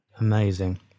amazing